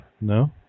no